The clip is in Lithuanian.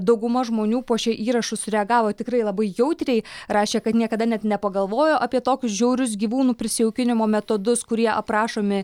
dauguma žmonių po šia įrašu sureagavo tikrai labai jautriai rašė kad niekada net nepagalvojo apie tokius žiaurius gyvūnų prisijaukinimo metodus kurie aprašomi